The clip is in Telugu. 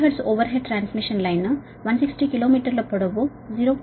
50 hertz overhead transmission line 160 kilo మీటర్ల పొడవు 0